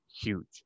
huge